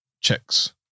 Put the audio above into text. checks